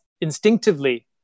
instinctively